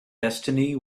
destiny